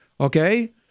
Okay